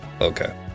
Okay